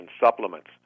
supplements